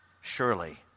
Surely